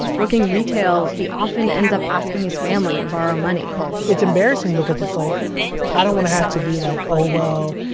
working retail, he often ends up asking his family to borrow money it's embarrassing, because like i don't want to have to be like, oh well,